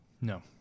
No